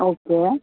okay